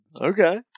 Okay